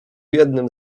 jednym